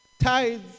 tithes